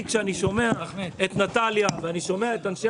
כשאני שומע את נטליה ואת אנשי